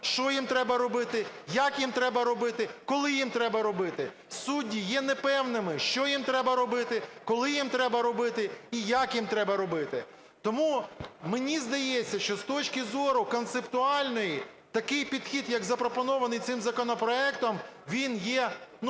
що їм треба робити, як їм треба робити, коли їм треба робити. Судді є непевними, що їм треба робити, коли їм треба робити і як їм треба робити. Тому мені здається, що з точки зору концептуальної, такий підхід, як запропонований цим законопроектом, він є